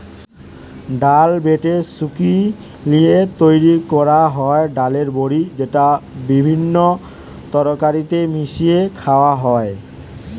ডাল বেটে শুকি লিয়ে তৈরি কোরা হয় ডালের বড়ি যেটা বিভিন্ন তরকারিতে মিশিয়ে খায়া হয়